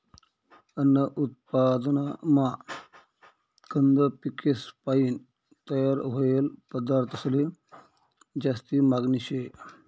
अन्न उत्पादनमा कंद पिकेसपायीन तयार व्हयेल पदार्थंसले जास्ती मागनी शे